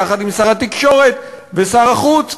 יחד עם שר התקשורת ושר החוץ.